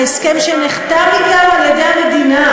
להסכם שנחתם אתם על-ידי המדינה.